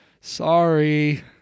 Sorry